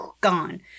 gone